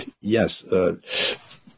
yes